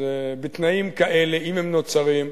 אז בתנאים כאלה, אם הם נוצרים,